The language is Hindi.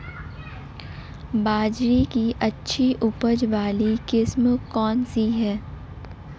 बाजरे की अच्छी उपज वाली किस्म कौनसी है?